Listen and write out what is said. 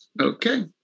Okay